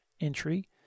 entry